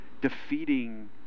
defeating